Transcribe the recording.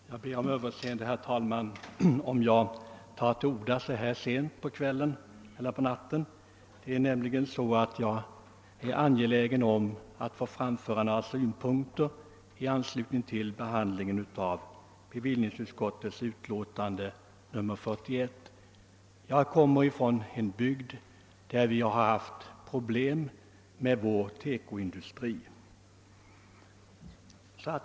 Herr talman! Jag ber om överseende för att jag tar till orda så sent på natten. Jag är emellertid angelägen om att få framföra några synpunkter i anslutning till behandlingen av bevillningsutskottets utlåtande nr 35. Jag kommer från en bygd där vi har haft problem med vår TEKO-industri.